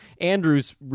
Andrews